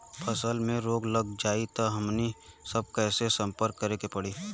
फसल में रोग लग जाई त हमनी सब कैसे संपर्क करें के पड़ी?